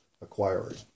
acquiring